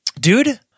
dude